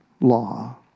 law